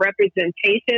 representation